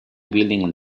building